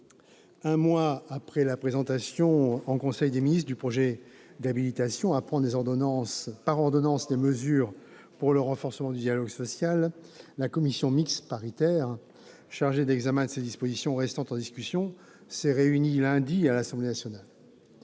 un mois après la présentation en conseil des ministres du projet de loi d'habilitation à prendre par ordonnances les mesures pour le renforcement du dialogue social, la commission mixte paritaire chargée de l'examen de ses dispositions restant en discussion s'est réunie lundi à l'Assemblée nationale.